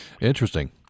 Interesting